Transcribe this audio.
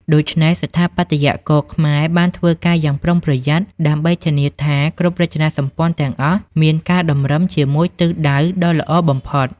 ដូច្នេះ ស្ថាបត្យករខ្មែរបានធ្វើការយ៉ាងប្រុងប្រយ័ត្នដើម្បីធានាថាគ្រប់រចនាសម្ព័ន្ធទាំងអស់មានការតម្រឹមជាមួយទិសដៅដ៏ល្អបំផុត។